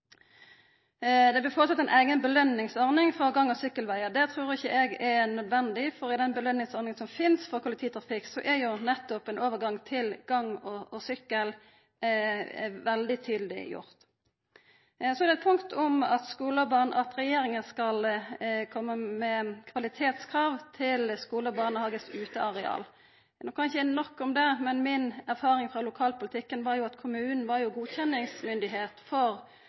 Det er blitt foreslått ei eiga påskjønningsordning for gang- og sykkelvegar. Det trur ikkje eg er nødvendig, for i den påskjønningsordninga som finst for kollektivtrafikk, er nettopp ein overgang til gang- og sykkelveg veldig tydeleggjort. Så er det eit punkt om at regjeringa skal komma med kvalitetskrav til skulane og barnehagane sine uteareal. Nå kan eg ikkje nok om det, men mi erfaring frå lokalpolitikken er at kommunane er godkjenningsmyndigheit for